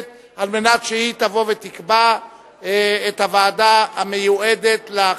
לוועדת החוקה, חוק ומשפט, הוועדה למעמד האשה.